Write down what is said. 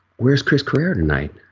where's chris carrera tonight.